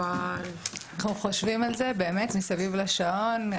אנחנו חושבים על זה באמת מסביב לשעון.